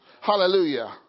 Hallelujah